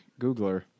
Googler